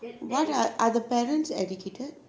what are are the parents educated